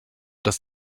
das